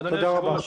אדוני היושב ראש,